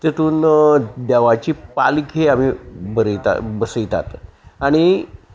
तेतून देवाची पालक ही आमी बरयतात बसयतात आनी